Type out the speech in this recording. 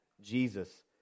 Jesus